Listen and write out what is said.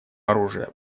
оружия